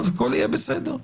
הכול יהיה בסדר.